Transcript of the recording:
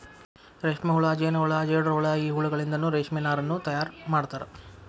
ರೇಷ್ಮೆಹುಳ ಜೇನಹುಳ ಜೇಡರಹುಳ ಈ ಹುಳಗಳಿಂದನು ರೇಷ್ಮೆ ನಾರನ್ನು ತಯಾರ್ ಮಾಡ್ತಾರ